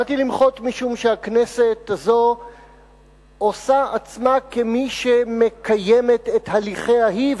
באתי למחות משום שהכנסת הזאת עושה עצמה כמי שמקיימת את הליכיה היא,